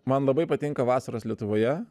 man labai patinka vasaros lietuvoje